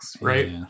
right